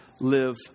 live